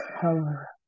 cover